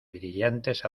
brillantes